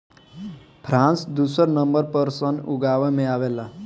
France दुसर number पर सन उगावे में आवेला